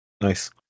Nice